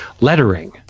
lettering